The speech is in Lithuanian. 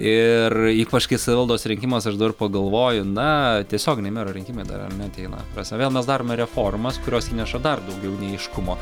ir ypač kai savivaldos rinkimuose aš dar pagalvoju na tiesioginiai mero rinkimai dar ne ateina ta prasme vėl mes darome reformas kurios įneša dar daugiau neaiškumo